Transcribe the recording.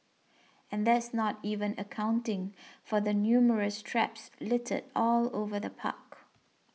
and that's not even accounting for the numerous traps littered all over the park